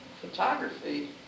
photography